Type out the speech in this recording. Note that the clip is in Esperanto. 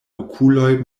okuloj